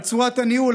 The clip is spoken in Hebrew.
על צורת הניהול,